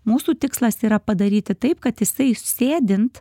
mūsų tikslas yra padaryti taip kad jisai sėdint